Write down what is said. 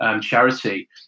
charity